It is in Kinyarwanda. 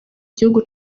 gihugu